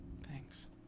thanks